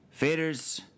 Faders